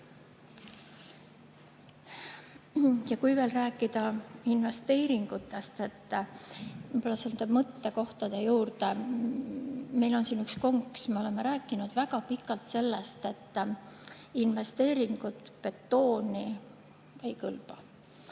Ja kui veel rääkida investeeringutest mõttekohtade teema juurde, siis meil on siin üks konks. Me oleme rääkinud väga pikalt sellest, et investeeringud betooni ei kõlba.